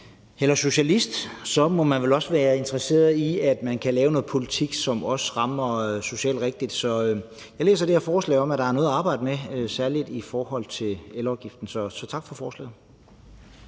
eller socialist, må man vel også være interesseret i, at man kan lave noget politik, som også rammer socialt rigtigt. Så jeg læser det her forslag, som at der er noget at arbejde med, særlig i forhold til elafgiften. Så tak for forslaget.